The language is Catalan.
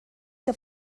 que